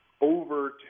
over